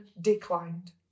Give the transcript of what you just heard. declined